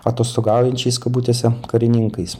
atostogaujančiais kabutėse karininkais